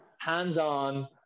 hands-on